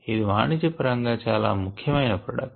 ఇది వాణిజ్య పరం గా చాలా ముఖ్యమైన ప్రొడక్ట్